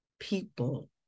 people